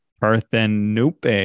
Parthenope